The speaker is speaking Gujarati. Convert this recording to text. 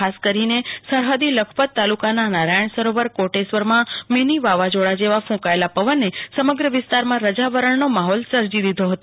ખાસ કરીને સરહદી લખપત તાલુ કાના નારાયણ સરોવર કોટેશ્વરમાં મીની વાવાઝોડા જેવા કુંકાયેલા પવને સમગ્ર વિસ્તારમાં રજાવરણનો માહોલ સર્જી દીધો હતો